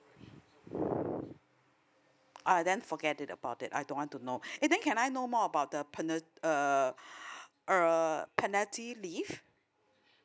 ah then forget it about it I don't want to know and then can I know more about the panel~ uh uh penalty leave